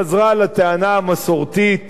היא חזרה לטענה המסורתית